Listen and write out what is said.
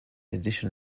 edition